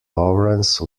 lawrence